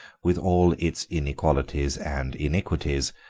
with all its inequalities and iniquities,